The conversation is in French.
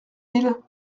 ils